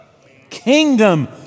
kingdom